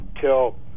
till